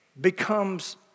becomes